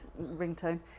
ringtone